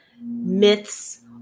myths